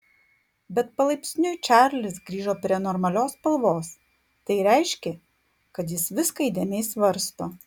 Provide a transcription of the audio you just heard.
bet palaipsniui čarlis grįžo prie normalios spalvos tai reiškė kad jis viską įdėmiai svarsto